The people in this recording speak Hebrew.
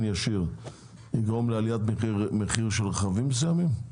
ישיר תגרום לעליית מחיר של רכבים מסוימים,